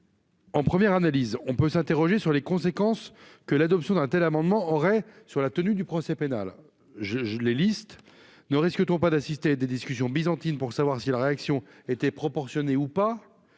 En première analyse, on ne peut que s'interroger sur les conséquences que l'adoption d'un tel amendement emporterait sur la tenue du procès pénal : ne risque-t-on pas d'assister à des discussions byzantines pour savoir si la réaction de l'auteur des faits était proportionnée ou pas ?